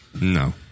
No